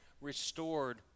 restored